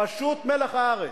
פשוט מלח הארץ.